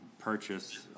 purchase